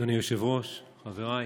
אדוני היושב-ראש, חבריי,